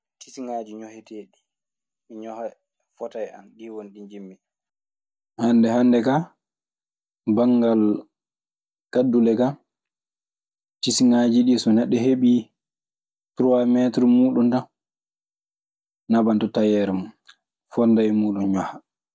Ticingaaji ñoƴeteendi m nyoha fota e an ɗii woni ɗii njinmi. Hannde hannde kaa, banngal kaddule kaa, tisiŋaaji ɗii. So neɗɗo heɓii truwaa meetr muuɗun tan. Naɓan to tayeer, fonnda e muuɗun ñoha.